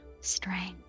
strength